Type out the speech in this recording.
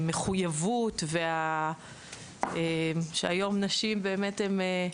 המחויבות שהיום נשים באמת הן,